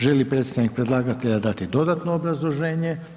Želi li predstavnik predlagatelja dati dodatno obrazloženje?